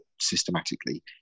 systematically